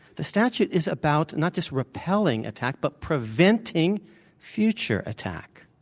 the statute is about not just repelling attack, but preventing future attack,